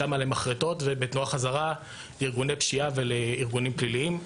שם למחרטות ובתנועה חזרה לארגוני פשיעה וארגונים פליליים.